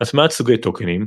הטמעת סוגי טוקנים,